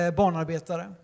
barnarbetare